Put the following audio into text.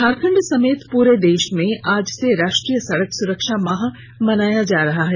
झारखंड समेत पूरे देश में आज से राष्ट्रीय सड़क सुरक्षा माह मनाया जा रहा है